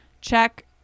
check